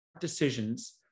decisions